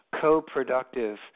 co-productive